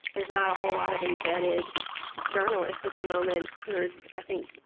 there's not a whole lot of embedded journalists at the moment who are, i think,